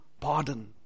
pardon